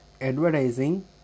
advertising